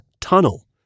tunnel